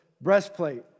Breastplate